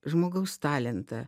žmogaus talentą